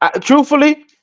truthfully